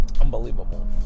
Unbelievable